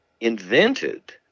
invented